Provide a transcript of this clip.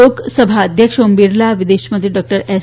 લોકસભા અધ્યક્ષ ઓમ બિરલા વિદેશ મંત્રી ડોક્ટર એસ